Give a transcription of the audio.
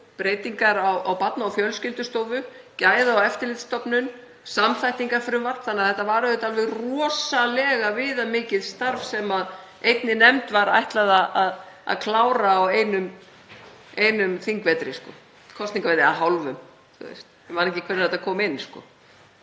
breytingar á Barna- og fjölskyldustofu, Gæða- og eftirlitsstofnun, samþættingarfrumvarp, þannig að þetta var auðvitað alveg rosalega viðamikið starf sem einni nefnd var ætlað að klára á einum þingvetri, kosningavetri, eða hálfum þingvetri, ég man ekki hvenær þetta kom inn.